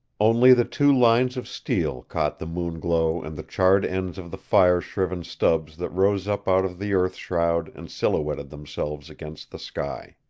only the two lines of steel caught the moon-glow and the charred ends of the fire-shriven stubs that rose up out of the earth shroud and silhouetted themselves against the sky.